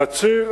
הציר,